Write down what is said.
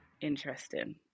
interesting